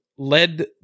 Led